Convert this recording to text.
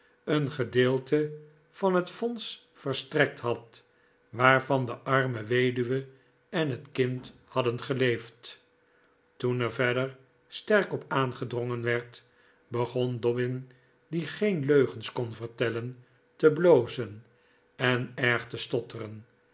een gedeelte van het fonds verstrekt had waarvan de arme weduwe en het kind hadden geleefd toen er verder sterk op aangedrongen werd begon dobbin die geen leugens kon vertellen te blozen en erg te stotteren